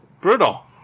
brutal